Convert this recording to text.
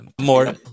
more